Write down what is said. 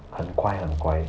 很乖很乖